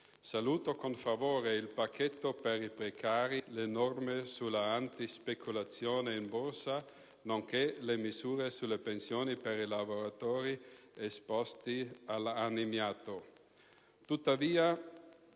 Saluto poi con favore il pacchetto per i precari, le norme contro la contro la speculazione in Borsa, nonché le misure sulle pensioni per i lavoratori esposti all'amianto.